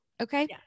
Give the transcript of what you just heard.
okay